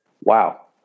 wow